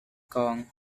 kong